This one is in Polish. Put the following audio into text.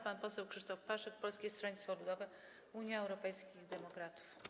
Pan poseł Krzysztof Paszyk, Polskie Stronnictwo Ludowe - Unia Europejskich Demokratów.